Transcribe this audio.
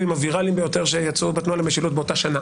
הוויראליים ביותר שיצאו בתנועה למשילות באותה שנה.